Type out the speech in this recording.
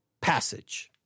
passage